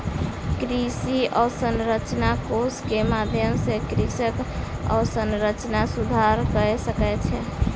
कृषि अवसंरचना कोष के माध्यम सॅ कृषक अवसंरचना सुधार कय सकै छै